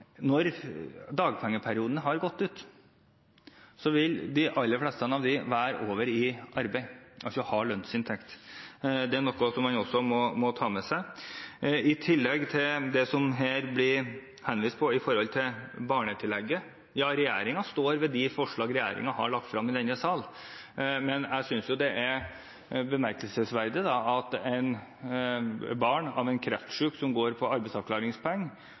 når dagpengeperioden har gått ut, vil de aller fleste av dem være kommet over i arbeid, altså ha lønnsinntekt. Det er noe som man også må ta med seg. Når det gjelder det som det blir henvist til om barnetillegget, står regjeringen ved de forslagene som regjeringen har lagt frem i denne salen. Men jeg synes det er bemerkelsesverdig at barn av en som er kreftsyk, og som går på arbeidsavklaringspenger,